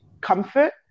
comfort